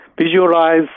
visualize